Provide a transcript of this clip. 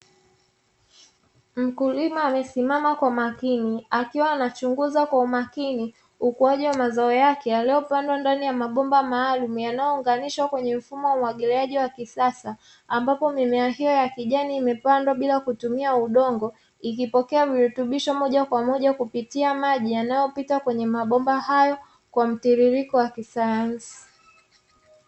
Mkulima amesimama kwa makini, akiwa anachunguza kwa umakini ukuaji wa mazao yake, yaliyopandwa ndani ya mabomba maalumu, yanayounganishwa kwenye mfumo wa umwagiliaji wa kisasa, ambapo mimea hiyo ya kijani imepandwa bila kutumia udongo, ikipokea virutubisho moja kwa moja, kupitia maji yanayopita kwenye mabomba hayo, kwa mtiririko wa kisayansi.